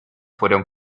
fueron